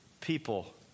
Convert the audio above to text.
people